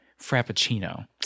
Frappuccino